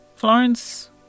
Florence